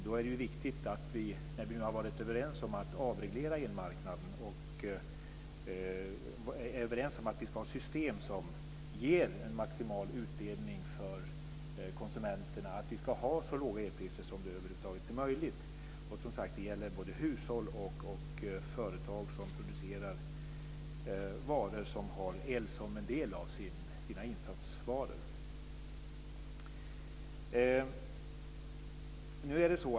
Då är det viktigt att vi, när vi nu har varit överens om att avreglera elmarknaden och är överens om att vi ska ha system som ger en maximal utdelning för konsumenterna, har så låga elpriser som över huvud taget är möjligt. Det gäller som sagt både hushåll och företag som producerar varor och som har el som en del av sina insatsvaror.